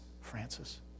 Francis